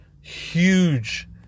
huge